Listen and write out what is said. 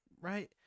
right